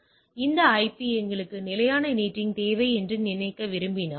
எனவே இந்த ஐபி எங்களுக்கு நிலையான நேட்டிங் தேவை என்று நினைக்க விரும்பினால்